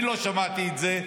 אני לא שמעתי את זה.